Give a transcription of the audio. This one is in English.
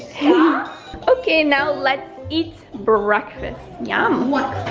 ah okay, now let's eat breakfast, yum!